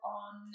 on